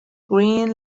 green